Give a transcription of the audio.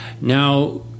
now